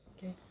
Okay